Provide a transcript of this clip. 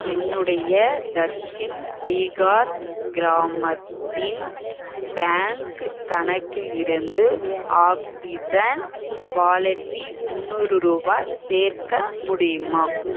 என்னுடைய தர்க்ஷின் பீகார் கிராமத்தின் பேங்க் கணக்கிலிருந்து ஆக்ஸிஜன் வாலெட்டில் முந்நூறு ரூபாய் சேர்க்க முடியுமா